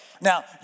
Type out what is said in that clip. Now